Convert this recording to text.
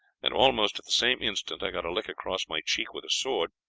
and almost at the same instant i got a lick across my cheek with a sword.